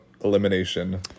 elimination